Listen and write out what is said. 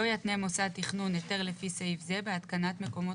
לא יתנה מוסד תכנון היתר לפי סעיף זה בהתקנת מקומות